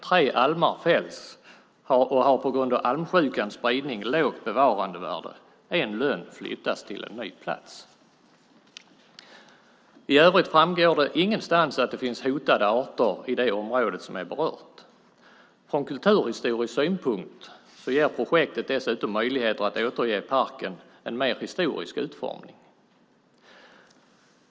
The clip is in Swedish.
Tre almar fälls och har på grund av almsjukans spridning lågt bevarandevärde. En lönn flyttas till en ny plats. I övrigt framgår det ingenstans att det finns hotade arter i det område som är berört. Från kulturhistorisk synpunkt ger projektet dessutom möjligheter att återge parken en mer historisk utformning.